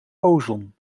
ozon